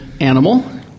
animal